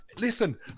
listen